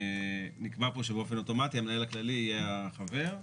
נקבע פה שבאופן אוטומטי המנהל הכללי יהיה החבר,